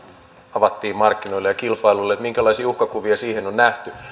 avattiin markkinoille ja kilpailulle minkälaisia uhkakuvia siihen on nähty